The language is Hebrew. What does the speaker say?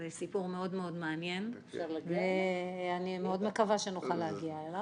זה סיפור מאוד מאוד מעניין ואני מאוד מקווה שנוכל להגיע אליו.